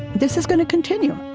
this is going to continue